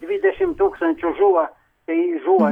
dvidešim tūkstančių žuva kai žuva